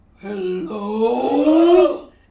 hello